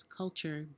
culture